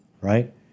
right